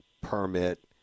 permit